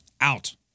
Out